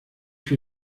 für